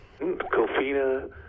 kofina